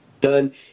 done